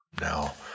Now